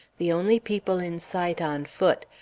the only people in sight on foot,